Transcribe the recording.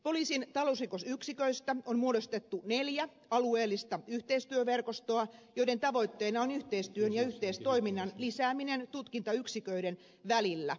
poliisin talousrikosyksiköistä on muodostettu neljä alueellista yhteistyöverkostoa joiden tavoitteena on yhteistyön ja yhteistoiminnan lisääminen tutkintayksiköiden välillä